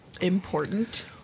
important